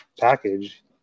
package